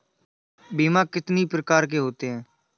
बीमा कितनी प्रकार के होते हैं?